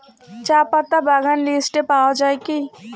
চাপাতা বাগান লিস্টে পাওয়া যায় কি?